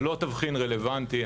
זה לא תבחין רלוונטי.